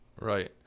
Right